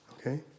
Okay